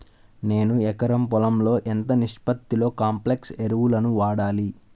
నేను ఎకరం పొలంలో ఎంత నిష్పత్తిలో కాంప్లెక్స్ ఎరువులను వాడాలి?